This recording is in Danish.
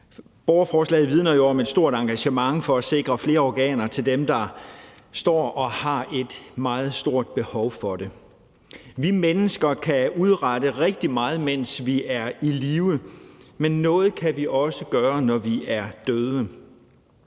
Borgerforslaget vidner jo om et stort engagement for at sikre flere organer til dem, der står og har et meget stort behov for det. Vi mennesker kan udrette rigtig meget, mens vi er i live, men noget kan vi også gøre, når vi er døde.